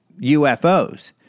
UFOs